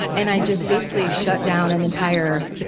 and i just basically shut down an entire,